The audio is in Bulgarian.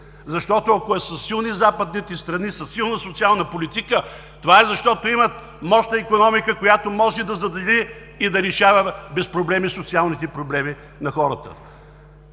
защото, ако са силни западните страни, със силна социална политика, това е защото имат мощна икономика, която може да задели и да решава без проблеми социалните проблеми на хората.